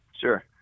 Sure